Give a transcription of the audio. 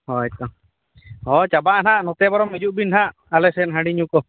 ᱦᱚᱭᱛᱚ ᱦᱳᱭ ᱪᱟᱵᱟᱜᱼᱟ ᱱᱟᱦᱟᱜ ᱱᱚᱛᱮ ᱵᱚᱨᱚᱝ ᱦᱤᱡᱩᱜᱵᱮᱱᱼᱦᱟᱜ ᱟᱞᱮᱥᱮᱫ ᱦᱟᱺᱰᱤ ᱧᱩᱠᱚ